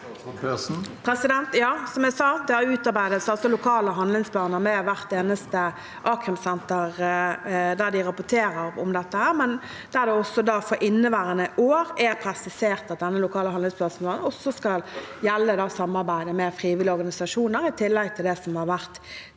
Ja, som jeg sa, utarbeides det lokale handlingsplaner ved hvert eneste a-krimsenter der de rapporterer om dette, men der det også for inneværende år er presisert at den lokale handlingsplanen også skal gjelde samarbeidet med frivillige organisasjoner i tillegg til, som tidligere,